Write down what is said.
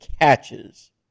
catches